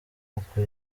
uku